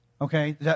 okay